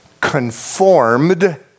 conformed